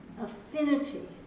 affinity